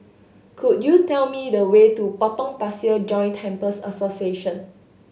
could you tell me the way to Potong Pasir Joint Temples Association